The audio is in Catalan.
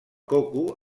coco